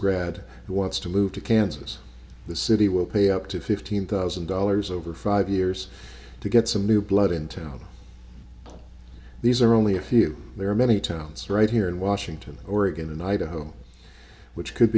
grad who wants to move to kansas the city will pay up to fifteen thousand dollars over five years to get some new blood in town these are only a few there are many towns right here in washington oregon and idaho which could